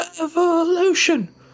Revolution